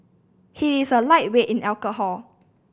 he is a lightweight in alcohol